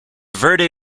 verde